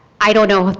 i don't know.